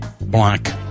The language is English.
Black